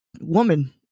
woman